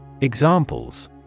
Examples